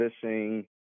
fishing